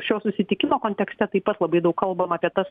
šio susitikimo kontekste taip pat labai daug kalbama apie tas